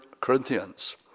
Corinthians